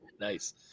Nice